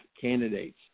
candidates